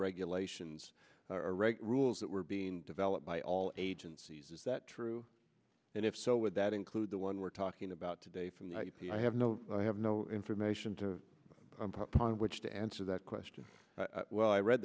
regulations rules that were being developed by all agencies is that true and if so would that include the one we're talking about today from the i have no i have no information to on which to answer that question well i read